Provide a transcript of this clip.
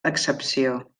accepció